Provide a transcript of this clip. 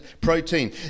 protein